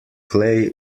clay